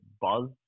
buzz